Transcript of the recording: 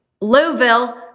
Louisville